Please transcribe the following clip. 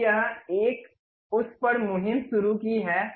अब यह एक उस पर मुहिम शुरू की है